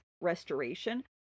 restoration